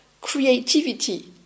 creativity